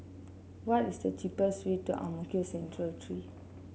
what is the cheapest way to Ang Mo Kio Central Three